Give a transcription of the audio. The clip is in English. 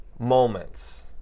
Moments